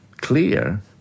clear